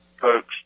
folks